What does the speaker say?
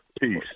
Peace